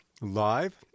live